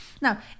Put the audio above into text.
now